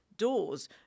doors